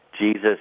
Jesus